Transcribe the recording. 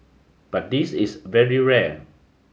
but this is very rare